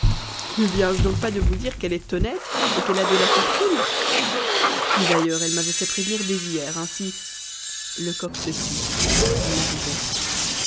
ne viens-je donc pas de vous dire qu'elle est honnête et qu'elle a de la fortune d'ailleurs elle m'avait fait prévenir dès hier ainsi lecoq se tut on arrivait